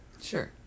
Sure